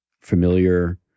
familiar